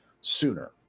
sooner